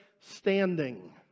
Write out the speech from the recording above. standing